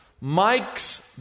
Mike's